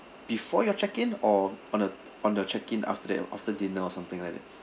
before your check in or on the on the check in after that after dinner or something like that